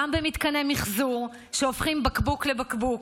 גם במתקני מחזור שהופכים בקבוק לבקבוק,